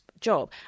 job